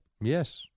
Yes